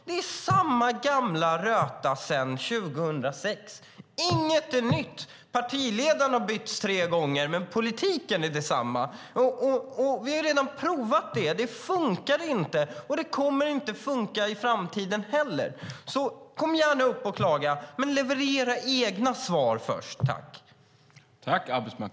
Det är samma gamla röta sedan 2006. Inget är nytt. Partiledaren har bytts tre gånger, men politiken är densamma. Vi har redan provat detta. Det funkade inte, och det kommer inte att funka i framtiden heller. Så kom gärna upp och klaga, men leverera egna svar först, tack!